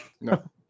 No